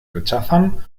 rechazan